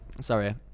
sorry